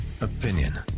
opinion